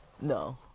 no